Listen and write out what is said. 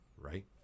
right